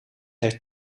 heeft